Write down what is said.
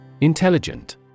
Intelligent